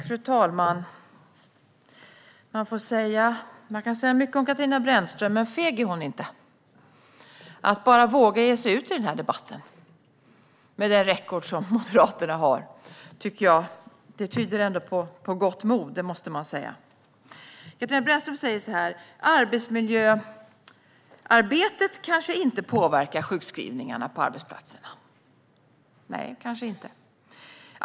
Fru talman! Man kan säga mycket om Katarina Brännström, men feg är hon inte. Att bara våga ge sig ut i denna debatt med Moderaternas record tyder ändå på gott mod; det måste man säga. Katarina Brännström säger att arbetsmiljöarbetet kanske inte påverkar sjukskrivningarna på arbetsplatserna. Nej, kanske inte.